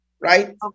right